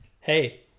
hey